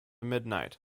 midnight